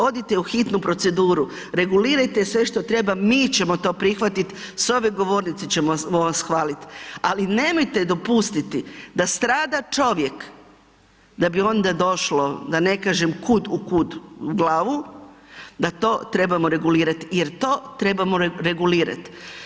Odite u hitnu proceduru, regulirajte sve što treba, mi ćemo to prihvatiti s ove govornice ćemo vas hvaliti, ali nemojte dopustiti da strada čovjek da bi onda došlo da ne kažem kud u kud, u glavu, da to trebamo regulirati jer to trebamo regulirati.